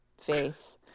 face